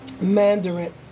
mandarin